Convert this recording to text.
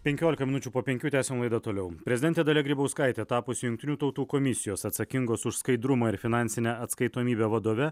penkiolika minučių po penkių tęsiam laidą toliau prezidentė dalia grybauskaitė tapus jungtinių tautų komisijos atsakingos už skaidrumą ir finansinę atskaitomybę vadove